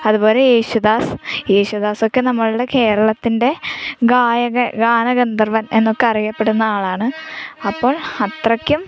അതുപോലെ യേശുദാസ് യേശുദാസൊക്കെ നമ്മൾടെ കേരളത്തിൻ്റെ ഗായഗ ഗാനഗന്ധർവൻ എന്നൊക്കെ അറിയപ്പെടുന്ന ആളാണ് അപ്പോൾ അത്രയ്ക്കും